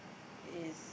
is